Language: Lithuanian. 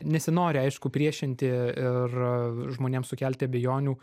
nesinori aišku priešinti ir žmonėms sukelti abejonių